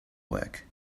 work